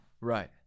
Right